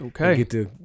Okay